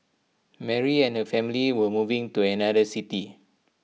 Mary and her family were moving to another city